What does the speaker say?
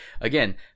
again